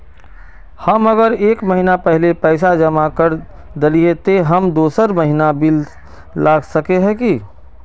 हम अगर एक महीना पहले पैसा जमा कर देलिये ते हम दोसर महीना बिल ला सके है की?